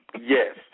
Yes